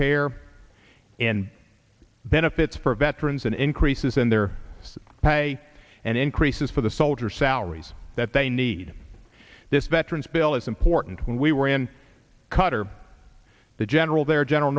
care and benefits for veterans and increases in their pay and increases for the soldier salaries that they need this veterans bill is important when we were in cutter the general their general